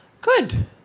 Good